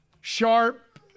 sharp